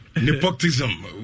nepotism